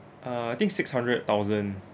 uh I think six hundred thousand